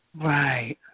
Right